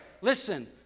Listen